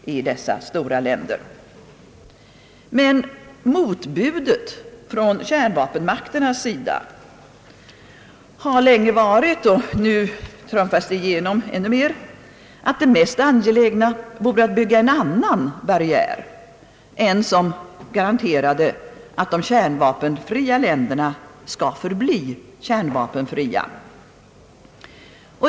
Motbudet från kärnvapenmakternas sida har länge varit — och nu trumfas det igenom ännu mer — att det mest angelägna vore att bygga en annan barriär, en som garanterade att de kärnvapenfria länderna skall förbli kärnvarpenfria.